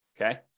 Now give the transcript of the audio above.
Okay